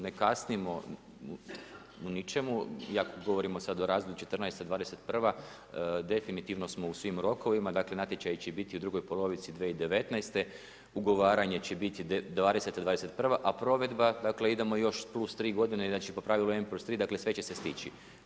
Ne kasnimo u ničemu, iako govorimo sada o razdoblju '14.-'21. definitivno smo u svim rokovima, dakle, natječaj će biti u drugoj polovici 2019. ugovaranje će biti '20. ili 21. a provedba, dakle, idemo još plus 3 g. znači po pravili N plus 3 sve će se stići.